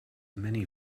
many